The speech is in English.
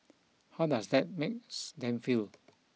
how does that makes them feel